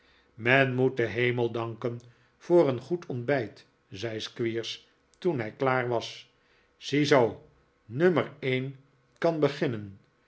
men moet den hemel danken voor een goed ontbijt zei squeers toen hij klaar was ziezoo nummer een kan beginnen